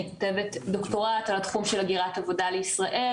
אני כותבת דוקטורט על התחום של הגירת עבודה לישראל